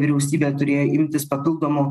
vyriausybė turėjo imtis papildomų